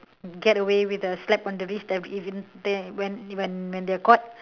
get away with the slap on their wrist that even then when when when they are caught